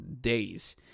days